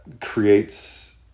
creates